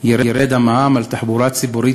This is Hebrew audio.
ירד המע"מ על תחבורה ציבורית,